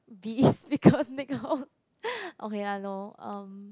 be is because okay lah no um